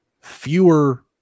fewer